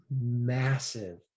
massive